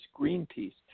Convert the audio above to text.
Greenpeace